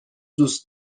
دوست